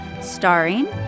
starring